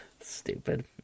Stupid